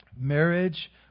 marriage